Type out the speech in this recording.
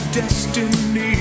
destiny